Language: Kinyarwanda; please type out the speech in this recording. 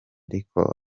ariko